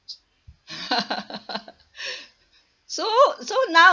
so so now